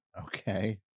Okay